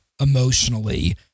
emotionally